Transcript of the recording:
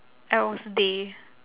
else day